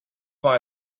far